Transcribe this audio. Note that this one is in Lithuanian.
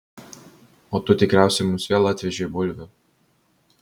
o tu tikriausiai mums vėl atvežei bulvių